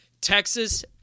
Texas